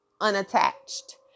unattached